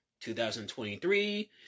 2023